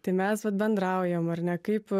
tai mes vat bendraujam ar ne kaip